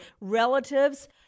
relatives